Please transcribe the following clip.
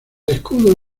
escudo